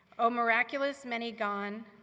all miraculous mini gone,